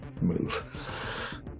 Move